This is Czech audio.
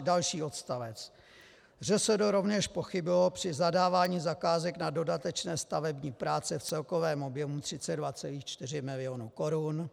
Další odstavec: ŘSD rovněž pochybilo při zadávání zakázek na dodatečné stavební práce v celkovém objemu 32,4 milionu korun.